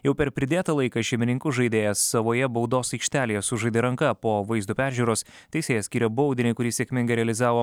jau per pridėtą laiką šeimininkų žaidėjas savoje baudos aikštelėje sužaidė ranka po vaizdo peržiūros teisėjas skyrė baudinį kurį sėkmingai realizavo